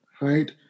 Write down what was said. right